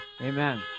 Amen